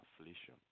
affliction